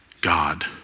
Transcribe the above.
God